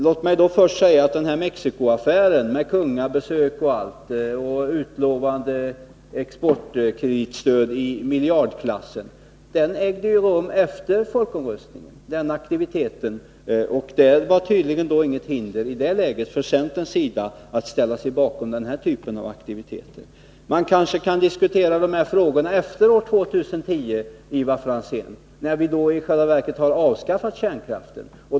Låt mig då först påminna om att Mexicoaffären — med kungabesök och med utlovat exportkreditstöd i miljardklassen — ägde rum efter folkomröstningen. Då var det tydligen inget som hindrade att man från centerns sida ställde sig bakom denna typ av aktiviteter. Man skulle kanske diskutera de här frågorna efter år 2010, Ivar Franzén, när vi verkligen har avskaffat kärnkraften.